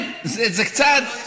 לכן, זה קצת, אבל לא היסטורי.